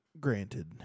Granted